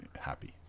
happy